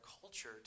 culture